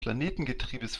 planetengetriebes